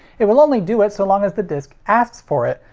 it will only do it so long as the disc asks for it,